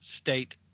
state